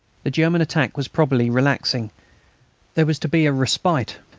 the german attack was probably relaxing there was to be a respite.